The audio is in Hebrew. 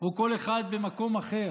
או כל אחד במקום אחר,